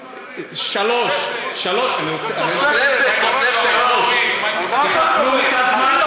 3. אני רוצה, סליחה, תנו לי את הזמן,